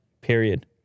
Period